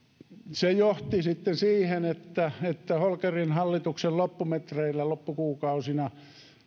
se johti sitten siihen että että holkerin hallituksen loppumetreillä loppukuukausina